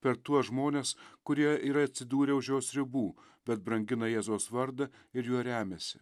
per tuos žmones kurie yra atsidūrę už jos ribų bet brangina jėzaus vardą ir juo remiasi